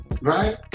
right